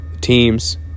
teams